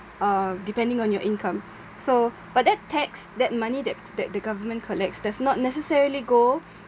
uh depending on your income so but that tax that money that the the government collects does not necessarily go